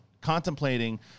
contemplating